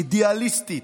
אידיאליסטית,